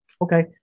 Okay